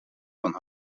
van